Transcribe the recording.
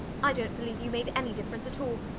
i dont believe you made any difference at all.